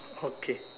okay